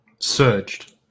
surged